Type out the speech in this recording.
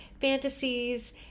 Fantasies